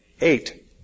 Eight